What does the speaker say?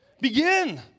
Begin